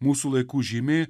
mūsų laikų žymė